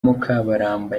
mukabaramba